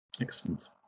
Excellent